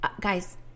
guys